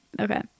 Okay